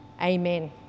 amen